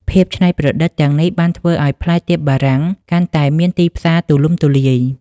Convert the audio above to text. ភាពច្នៃប្រឌិតទាំងនេះបានធ្វើឱ្យផ្លែទៀបបារាំងកាន់តែមានទីផ្សារទូលំទូលាយ។